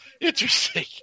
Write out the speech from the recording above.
Interesting